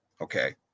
Okay